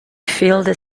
filed